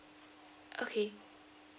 okay